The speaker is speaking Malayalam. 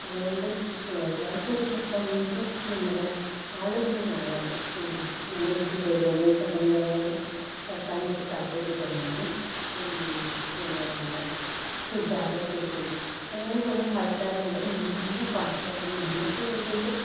അതുകൊണ്ട് ലൈവായിട്ട് ഒരു പെർഫോമൻസ് നമ്മുടെ ആരുടെ തന്നെയായാലും എം ജി ജയചന്ദ്രൻ സാറിൻ്റെ ആയാലും കേൾക്കാൻ എനിക്ക് താല്പര്യം തന്നെയാണ് പിന്നെ നമ്മുടെ സുജാത ചേച്ചി അങ്ങനെ കുറെ ആൾക്കാരുണ്ട് നല്ല നല്ല പാട്ടുകാർ നമുക്കു വേണ്ടിയിട്ട്